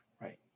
Right